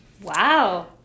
Wow